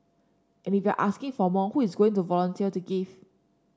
and if you are asking for more who is going to volunteer to give